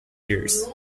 years